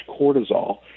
cortisol